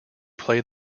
play